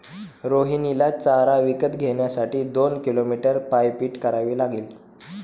रोहिणीला चारा विकत घेण्यासाठी दोन किलोमीटर पायपीट करावी लागली